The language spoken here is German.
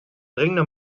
dringende